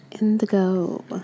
indigo